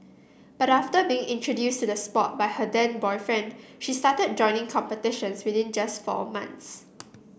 but after being introduced to the sport by her then boyfriend she started joining competitions within just four months